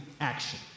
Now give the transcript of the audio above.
action